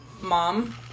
mom